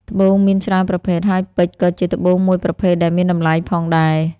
ត្បូងមានច្រើនប្រភេទហើយពេជ្រក៏ជាត្បូងមួយប្រភេទដែលមានតម្លៃផងដែរ។